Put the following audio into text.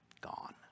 Gone